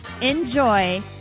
enjoy